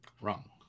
Wrong